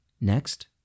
Next